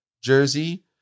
Jersey